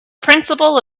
principle